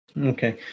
Okay